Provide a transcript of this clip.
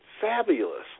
fabulous